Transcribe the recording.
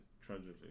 tragically